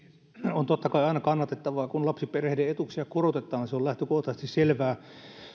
on totta kai aina kannatettavaa kun lapsiperheiden etuuksia korotetaan se on lähtökohtaisesti selvää